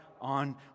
on